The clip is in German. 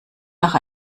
nach